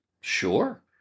Sure